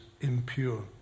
impure